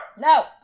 No